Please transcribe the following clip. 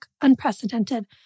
unprecedented